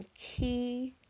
key